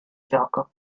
gioco